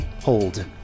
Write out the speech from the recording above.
Hold